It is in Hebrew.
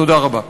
תודה רבה.